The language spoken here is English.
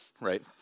right